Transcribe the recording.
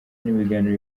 n’ibiganiro